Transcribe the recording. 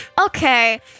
Okay